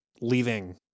leaving